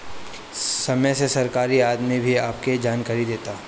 समय से सरकारी आदमी भी आके जानकारी देता